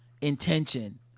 intention